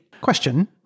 Question